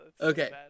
okay